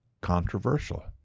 controversial